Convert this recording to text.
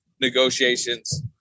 negotiations